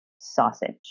sausage